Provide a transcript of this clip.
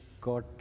got